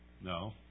No